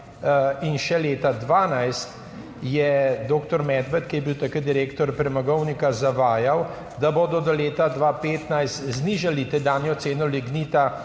in še leta 2012 je doktor Medved, ki je bil takrat direktor Premogovnika, zavajal, da bodo do leta 2015 znižali tedanjo ceno lignita